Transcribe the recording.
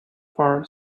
for